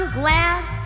glass